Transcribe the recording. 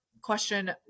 question